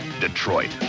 Detroit